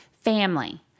Family